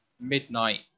midnight